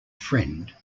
friend